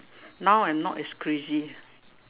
now I'm not as crazy